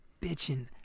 bitching